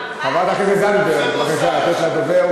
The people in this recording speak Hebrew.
חברת הכנסת זנדברג, בבקשה, לתת לדובר.